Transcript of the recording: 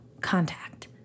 contact